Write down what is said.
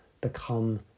become